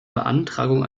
beantragung